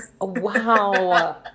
Wow